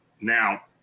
Now